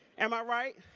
am i right?